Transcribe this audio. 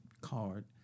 card